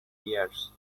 years